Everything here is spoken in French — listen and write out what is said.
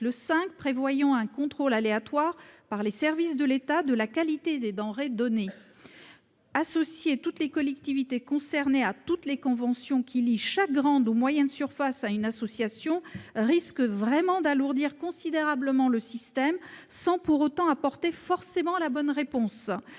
5 prévoyant un contrôle aléatoire par les services de l'État de la qualité des denrées données. Associer toutes les collectivités concernées à toutes les conventions qui lient chaque grande ou moyenne surface à une association risque d'alourdir considérablement le système, sans pour autant apporter une bonne réponse.